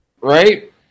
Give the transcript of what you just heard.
Right